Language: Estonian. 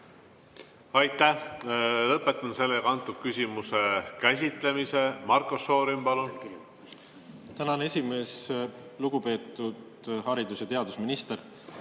Aitäh! Lõpetan selle küsimuse käsitlemise. Marko Šorin, palun! Tänan, esimees! Lugupeetud haridus- ja teadusminister!